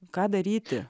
ką daryti